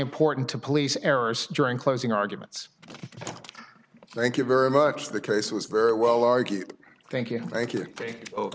important to police errors during closing arguments thank you very much the case was very well argue thank you thank you